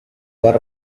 got